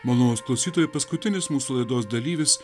malonūs klausytojai paskutinis mūsų laidos dalyvis